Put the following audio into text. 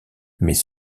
mais